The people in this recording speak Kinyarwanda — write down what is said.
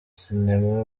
cinema